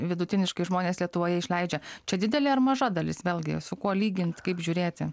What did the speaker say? vidutiniškai žmonės lietuvoje išleidžia čia didelė ar maža dalis vėlgi su kuo lygint kaip žiūrėti